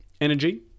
energy